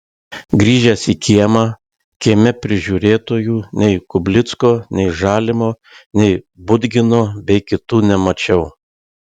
grįžęs į kiemą kieme prižiūrėtojų nei kublicko nei žalimo nei budgino bei kitų nemačiau